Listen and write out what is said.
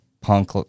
punk